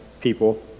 people